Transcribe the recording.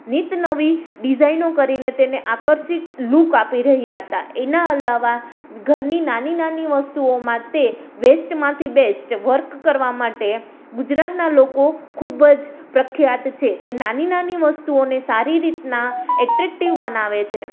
નિત નવી ડિઝાઈનો કરીને તેને આકર્ષિત લૂક આપી રહ્યાં હતાં એના અલાવા ઘરની નાની નાની વસ્તુઓમાં તે વેસ્ટમાંથી બેસ્ટ તે વર્ક કરવા માટે ગુજરાતનાં લોકો ખૂબ જ પ્રખ્યાત છે તે નાની નાની વસ્તુઓને સારી રીતના એટ્રેક્ટિવ બનાવે છે